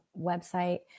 website